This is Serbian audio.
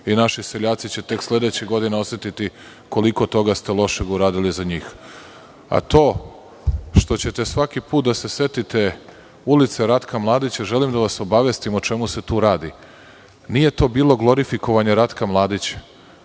Naši seljaci će tek sledećih godina osetiti koliko toga ste lošeg uradili za njih. To što ćete svaki put da se setite ulice Ratka Mladića, želim da vas obavestim o čemu se tu radi. Nije to bilo glorifikovanje Ratka Mladića,